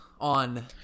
on